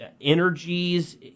energies